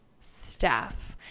staff